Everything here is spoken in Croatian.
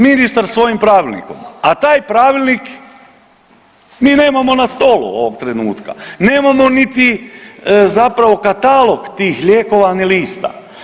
Ministar svojim pravilnikom, a taj pravilnik mi nemamo na stolu ovog trenutka, nemamo niti zapravo katalog tih lijekova ni lista.